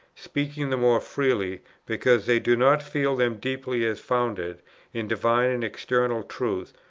speaking the more freely, because they do not feel them deeply as founded in divine and eternal truth,